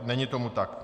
Není tomu tak.